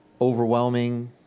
overwhelming